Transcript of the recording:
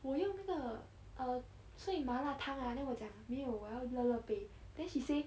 我用那个 err 所以麻辣汤啊 then 我要 lok-lok base then she say